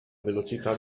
velocità